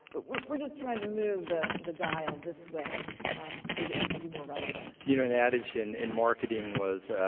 but we're just trying to move the the dial this way so that we can be more relevant. you know, an adage in in marketing was,